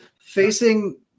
facing